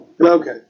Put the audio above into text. Okay